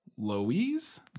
Lois